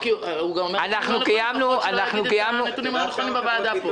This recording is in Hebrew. הוא אומר נתונים לא נכונים בוועדה.